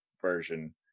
version